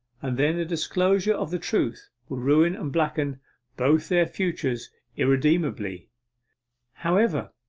and then the disclosure of the truth will ruin and blacken both their futures irremediably however,